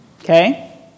okay